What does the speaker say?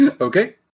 Okay